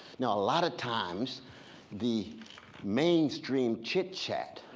now, a lot of times the mainstream chit chat